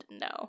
no